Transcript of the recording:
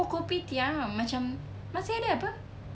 oh kopitiam macam masih ada apa